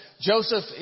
Joseph